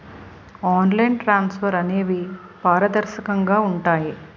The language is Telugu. ఆన్లైన్ ట్రాన్స్ఫర్స్ అనేవి పారదర్శకంగా ఉంటాయి